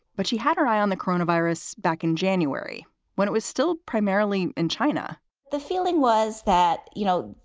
but she had her eye on the corona virus back in january when it was still primarily in china the feeling was that, you know,